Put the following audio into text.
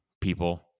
people